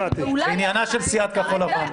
עניינה של סיעת כחול לבן.